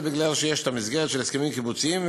זה מפני שיש המסגרת של הסכמים קיבוציים,